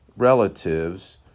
relatives